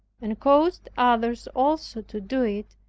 and caused others also to do it,